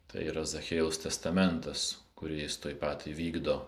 tai yra zachiejaus testamentas kurį jis tuoj pat įvykdo